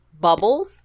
bubble